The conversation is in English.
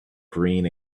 green